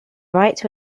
right